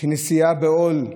של נשיאה בעול,